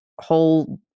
whole